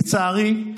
לצערי,